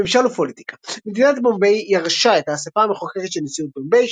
ממשל ופוליטיקה מדינת בומביי ירשה את האספה המחוקקת של נשיאות בומביי,